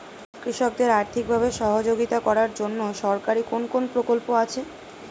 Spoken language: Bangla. কৃষকদের আর্থিকভাবে সহযোগিতা করার জন্য সরকারি কোন কোন প্রকল্প আছে?